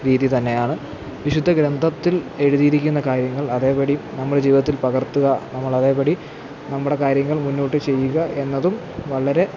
രീതിയിൽ തന്നെയാണ് വിശുദ്ധ ഗ്രന്ഥത്തില് എഴുതിയിരിക്കുന്ന കാര്യങ്ങള് അതേ പടി നമ്മുടെ ജീവിതത്തില് പകര്ത്തുക നമ്മളതേപടി നമ്മുടെ കാര്യങ്ങള് മുന്നോട്ടു ചെയ്യുക എന്നതും വളരെ